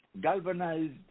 galvanized